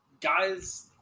guys